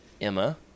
Emma